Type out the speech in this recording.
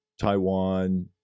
Taiwan